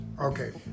Okay